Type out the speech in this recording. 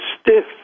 stiff